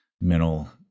mental